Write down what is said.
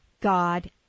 God